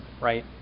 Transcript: right